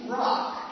rock